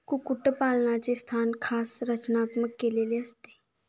कुक्कुटपालनाचे स्थान खास रचनात्मक केलेले असते